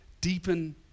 deepen